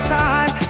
time